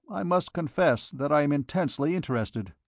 i must confess that i am intensely interested.